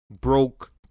broke